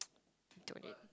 donate